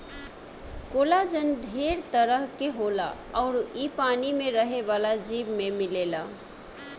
collagen ढेर तरह के होला अउर इ पानी में रहे वाला जीव में मिलेला